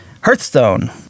Hearthstone